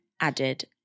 added